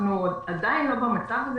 אנחנו עדיין לא במצב הזה,